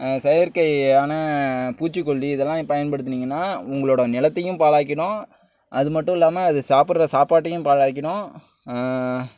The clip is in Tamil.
செயற்கையான பூச்சி கொல்லி இதெல்லாம் பயன்படுத்திங்னால் உங்களோடை நிலத்தயும் பாழாக்கிவிடும் அது மட்டும் இல்லாமல் அது சாப்பிட்ற சாப்பாட்டையும் பாழாக்கிவிடும்